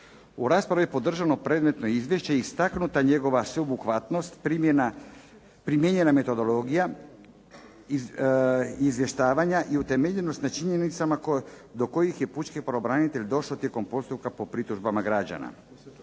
U raspravi je podržano predmetno izvješće i istaknuta njegova sveobuhvatnost, primjenjena metodologija izvještavanja i utemeljenost na činjenicama do kojih je pučki pravobranitelj došao tijekom postupka po pritužbama građana.